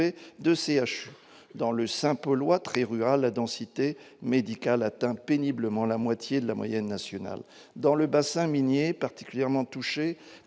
de CHU dans le sein peut loi très rural, la densité médicale atteint péniblement la moitié de la moyenne nationale, dans le bassin minier, particulièrement touchée